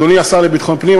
אדוני השר לביטחון פנים,